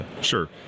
Sure